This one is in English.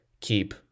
Keep